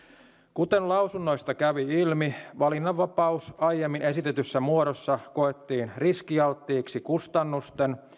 kuten lausunnoista kävi ilmi valinnanvapaus aiemmin esitetyssä muodossa koettiin riskialttiiksi kustannusten